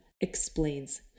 explains